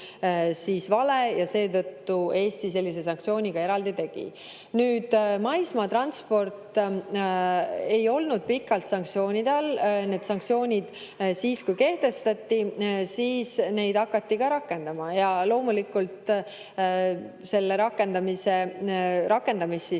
tundus vale ja seetõttu Eesti sellise sanktsiooni eraldi tegi. Nüüd, maismaatransport ei olnud pikalt sanktsioonide all. Kui need sanktsioonid kehtestati, siis neid hakati ka rakendama. Ja loomulikult, nende rakendamist